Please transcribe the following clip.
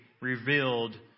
revealed